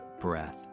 breath